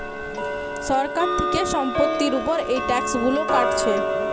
সরকার থিকে সম্পত্তির উপর এই ট্যাক্স গুলো কাটছে